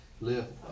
live